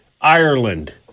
Ireland